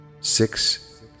six